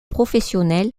professionnel